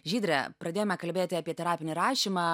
žydre pradėjome kalbėti apie terapinį rašymą